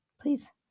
Please